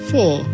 Four